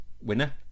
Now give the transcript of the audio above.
winner